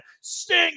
Sting